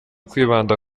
kwibanda